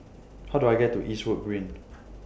How Do I get to Eastwood Green